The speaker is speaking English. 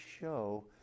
show